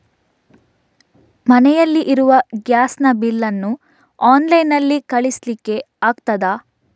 ಮನೆಯಲ್ಲಿ ಇರುವ ಗ್ಯಾಸ್ ನ ಬಿಲ್ ನ್ನು ಆನ್ಲೈನ್ ನಲ್ಲಿ ಕಳಿಸ್ಲಿಕ್ಕೆ ಆಗ್ತದಾ?